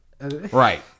Right